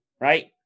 right